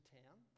town